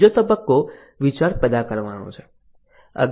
ત્રીજો તબક્કો વિચાર પેદા કરવાનો છે